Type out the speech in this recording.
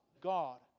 God